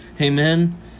Amen